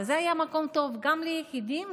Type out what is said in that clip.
וזה היה מקום טוב גם ליחידים,